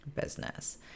business